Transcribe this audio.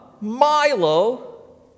Milo